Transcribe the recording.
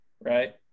right